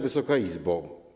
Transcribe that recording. Wysoka Izbo!